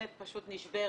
שגננת פשוט נשברת,